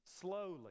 slowly